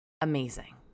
Amazing